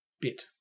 bit